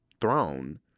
throne